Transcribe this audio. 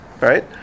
Right